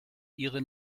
ihre